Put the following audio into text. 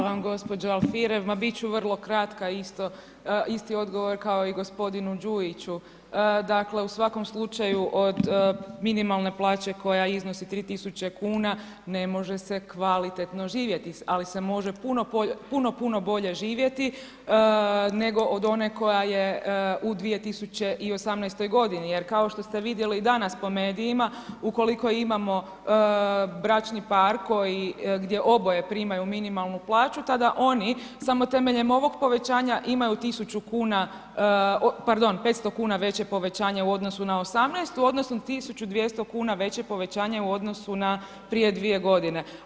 Hvala vam gospođo Alfirev, ma bit ću vrlo kratka isto, isti odgovor kao i gospodinu Đujiću, dakle u svakom slučaju od minimalne plaće koja iznosi 3.000 kuna ne može se kvalitetno živjeti, ali se može puno, puno bolje živjeti nego od one koja je u 2018. godini, jer kao što ste vidjeli i danas po medijima, ukoliko imamo bračni par gdje oboje primaju minimalnu plaću tada oni, samo temeljem ovog povećanja imaju 1.000 kuna, pardon 500 kuna veće povećanja u odnosu na '18. odnosno 1.200 kuna veće povećanje u odnosu na prije dvije godine.